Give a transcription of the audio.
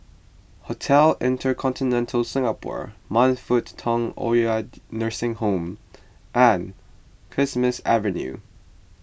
Hotel Intercontinental Singapore Man Fut Tong Oid Nursing Home and Kismis Avenue